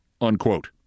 unquote